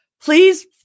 Please